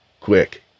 quick